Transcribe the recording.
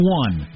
one